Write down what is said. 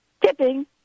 Tipping